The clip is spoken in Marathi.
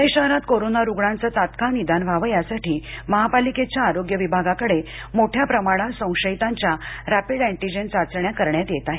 पुणे शहरात कोरोना रूग्णांचे तत्काळ निदान व्हावे यासाठी महापालिकेच्या आरोग्य विभागाकडे मोठया प्रमाणात संशयितांच्या रॅपीड एटीजन चाचण्या करण्यात येत आहे